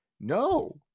No